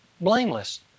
blameless